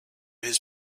his